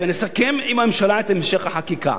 ונסכם עם הממשלה את המשך החקיקה.